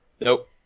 Nope